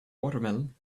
watermelon